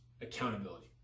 accountability